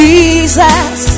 Jesus